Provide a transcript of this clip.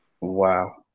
Wow